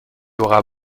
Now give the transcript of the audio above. aura